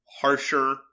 harsher